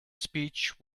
speech